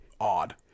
odd